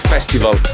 Festival